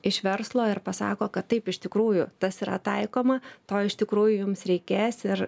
iš verslo ir pasako kad taip iš tikrųjų tas yra taikoma to iš tikrųjų jums reikės ir